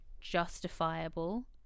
justifiable